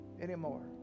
anymore